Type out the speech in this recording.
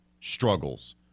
struggles